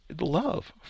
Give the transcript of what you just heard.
love